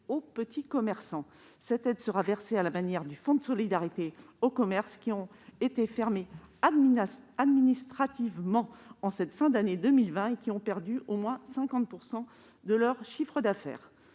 aux petits commerçants. Cette aide sera versée, à la manière du fonds de solidarité, aux commerces qui ont été fermés administrativement en cette fin d'année 2020 ou qui ont perdu au moins 50 % de leur chiffre d'affaires.